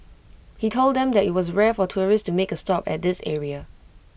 he told them that IT was rare for tourists to make A stop at this area